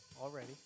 already